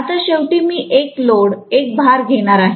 आता शेवटी मी एक लोड एक भार घेणार आहे